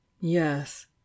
Yes